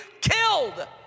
killed